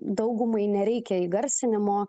daugumai nereikia įgarsinimo